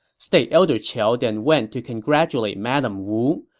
state elder qiao then went to congratulate madame wu,